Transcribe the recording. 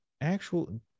actual